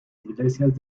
iglesias